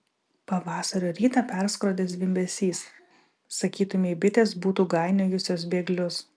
pavasario rytą perskrodė zvimbesys sakytumei bitės būtų gainiojusios bėglius